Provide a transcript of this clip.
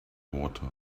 water